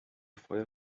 feuer